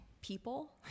people